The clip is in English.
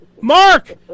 Mark